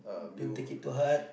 don't take it too hard